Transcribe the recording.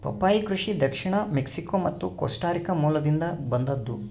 ಪಪ್ಪಾಯಿ ಕೃಷಿ ದಕ್ಷಿಣ ಮೆಕ್ಸಿಕೋ ಮತ್ತು ಕೋಸ್ಟಾರಿಕಾ ಮೂಲದಿಂದ ಬಂದದ್ದು